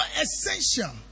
essential